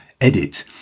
edit